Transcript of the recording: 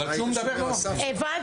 כתוב רשאי